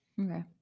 Okay